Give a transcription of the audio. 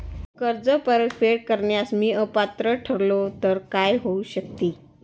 कर्ज परतफेड करण्यास मी अपात्र ठरलो तर काय होऊ शकते?